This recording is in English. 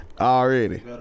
Already